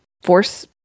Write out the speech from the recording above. force